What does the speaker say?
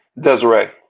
Desiree